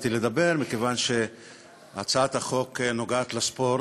לדבר: מכיוון שהצעת החוק נוגעת לספורט,